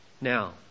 Now